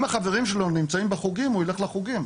אם החברים של ונמצאים בחוגים, הוא ילך לחוגים.